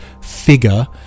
figure